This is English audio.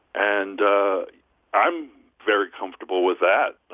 and i'm very comfortable with that,